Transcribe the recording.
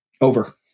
over